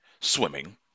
swimming